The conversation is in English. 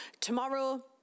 tomorrow